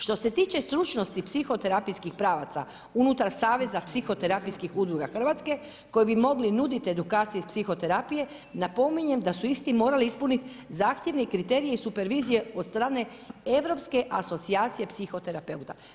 Što se tiče stručnosti psihoterapijskih pravaca unutar Saveza psihoterapijskih udruga Hrvatske koji bi mogli nuditi edukacije iz psihoterapije, napominjem da su isti morali ispuniti zahtjevne kriterije iz supervizije od strane Europske asocijacije psihoterapeuta.